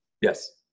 Yes